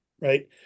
Right